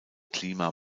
klima